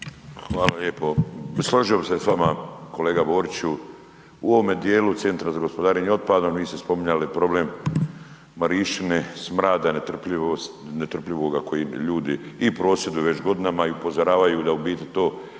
Hvala lijepo. Složio bi se s vama kolega Boriću, u ovome djelu CGO-a, vi ste spominjali problem Marišćine, smrada, netrpljivoga kojega ljudi i prosvjeduju već godinama i upozoravaju da u biti to,